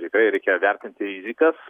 tikrai reikia vertint rizikas